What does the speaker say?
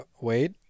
Wait